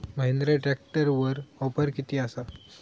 महिंद्रा ट्रॅकटरवर ऑफर किती आसा?